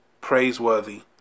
praiseworthy